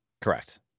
Correct